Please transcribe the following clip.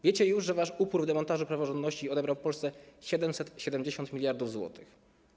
Wiecie już, że wasz upór w demontażu praworządności odebrał Polsce 770 mld zł.